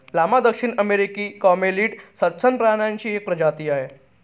llama दक्षिण अमेरिकी camelid सस्तन प्राण्यांची एक प्रजाती आहे